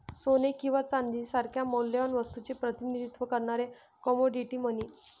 सोने किंवा चांदी सारख्या मौल्यवान वस्तूचे प्रतिनिधित्व करणारे कमोडिटी मनी